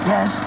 Yes